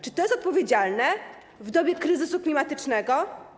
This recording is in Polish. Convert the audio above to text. Czy to jest odpowiedzialne w dobie kryzysu klimatycznego?